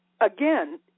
again